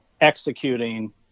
executing